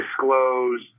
disclose